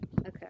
Okay